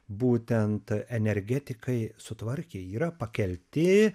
būtent energetikai sutvarkė yra pakelti